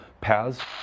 paths